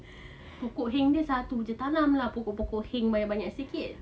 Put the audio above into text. pokok hang dia satu jer tanam lah pokok-pokok hang banyak sikit